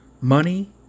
Money